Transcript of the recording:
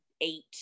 eight